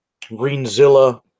Greenzilla